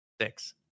six